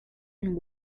and